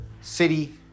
city